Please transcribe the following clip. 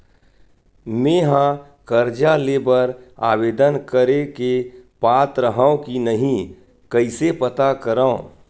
मेंहा कर्जा ले बर आवेदन करे के पात्र हव की नहीं कइसे पता करव?